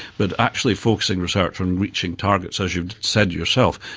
but actually focusing research on reaching targets, as you've said yourself,